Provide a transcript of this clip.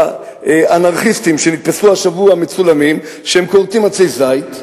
האנרכיסטים שנתפסו השבוע מצולמים כשהם כורתים עצי זית,